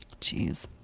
Jeez